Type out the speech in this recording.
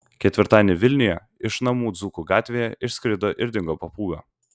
ketvirtadienį vilniuje iš namų dzūkų gatvėje išskrido ir dingo papūga